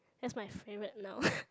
that's my favourite now